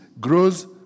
grows